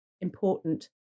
important